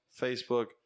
Facebook